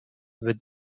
with